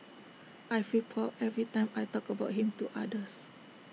I feel proud every time I talk about him to others